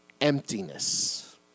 emptiness